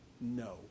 No